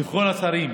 כל השרים.